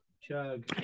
chug